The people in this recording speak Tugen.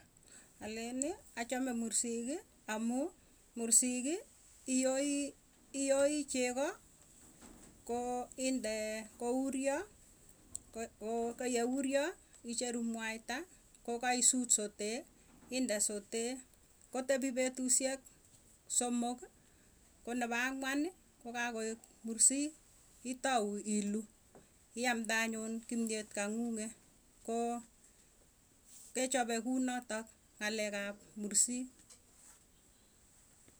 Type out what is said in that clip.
Alen achame mursiikii amuu mursiik iyoi, iyoi chegoo koo inde kouryoo ko koyeuryoo icheruu mwaita kokaisut sotee indee sotee, kotepii petusyek somokii konepaa angwanii kokakoek mursiik itau iluu iamde anyunn kimyet kang'ung'e koo kechopee kounotok ng'alek ap mursik